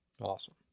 Awesome